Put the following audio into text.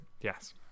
yes